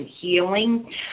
healing